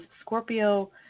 Scorpio